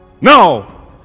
No